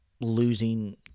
losing